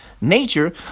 nature